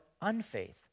unfaith